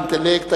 האינטלקט,